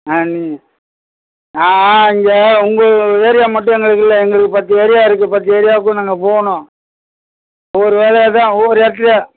ஆ நீங்கள் நான் இங்கே உங்கள் ஏரியா மட்டும் எங்களுக்கு இல்லை எங்களுக்கு பத்து ஏரியா இருக்குது பத்து ஏரியாவுக்கும் நாங்கள் போகணும் ஒவ்வொரு வேலையாகதான் ஒவ்வொரு இடத்துலையா